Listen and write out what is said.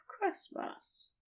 christmas